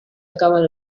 acaban